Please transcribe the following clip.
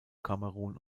kamerun